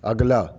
اگلا